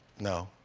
no.